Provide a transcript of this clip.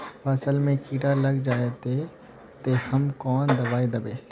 फसल में कीड़ा लग जाए ते, ते हम कौन दबाई दबे?